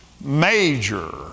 major